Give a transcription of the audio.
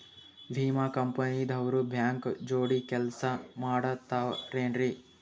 ವಿಮಾ ಕಂಪನಿ ದವ್ರು ಬ್ಯಾಂಕ ಜೋಡಿ ಕೆಲ್ಸ ಮಾಡತಾರೆನ್ರಿ?